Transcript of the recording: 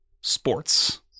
Sports